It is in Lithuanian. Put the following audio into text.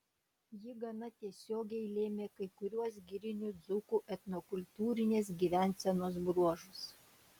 ji gana tiesiogiai lėmė kai kuriuos girinių dzūkų etnokultūrinės gyvensenos bruožus